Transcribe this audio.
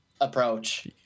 approach